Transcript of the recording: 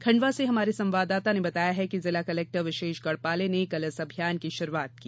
खंडवा से हमारे संवाददाता ने बताया है कि जिला कलेक्टर विशेष गढ़पाले ने कल इस अभियान की शुरूआत की